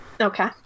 Okay